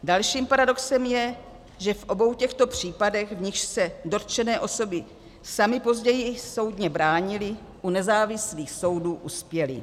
Dalším paradoxem je, že v obou těchto případech, v nichž se dotčené osoby samy později soudně bránily u nezávislých soudů, uspěly.